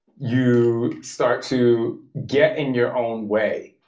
you start to get in your own way.